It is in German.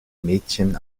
mädchen